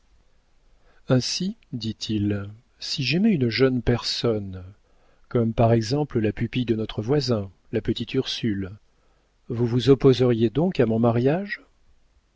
ainsi dit-il si j'aimais une jeune personne comme par exemple la pupille de notre voisin la petite ursule vous vous opposeriez donc à mon mariage